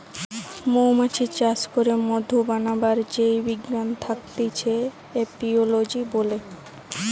মৌমাছি চাষ করে মধু বানাবার যেই বিজ্ঞান থাকতিছে এপিওলোজি বলে